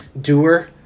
doer